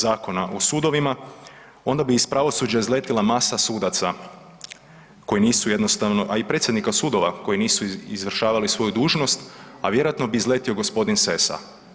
Zakona o sudovima onda bi iz pravosuđa izletila masa sudaca koji nisu jednostavno, a i predsjednika sudova koji nisu izvršavali svoju dužnost, a vjerojatno bi izletio gospodin Sessa.